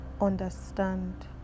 understand